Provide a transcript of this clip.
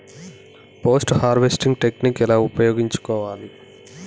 Post harvesting technique ఎలా ఉపయోగించుకోవాలి?